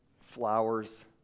flowers